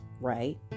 right